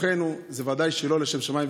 בתוכנו זה ודאי שלא לשם שמיים.